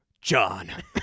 John